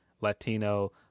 Latino